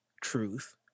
truth